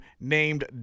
named